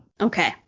Okay